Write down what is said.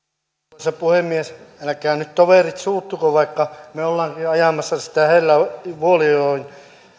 arvoisa puhemies älkää nyt toverit suuttuko vaikka me olemmekin ajamassa sitä hella wuolijoen